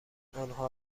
آنها